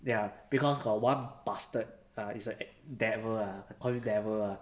ya because got one bastard lah it's a devil ah I call him devil ah